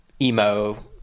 emo